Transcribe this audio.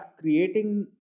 creating